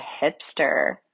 hipster